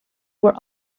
were